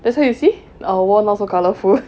that's why you see our wall now so colourful